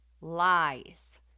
lies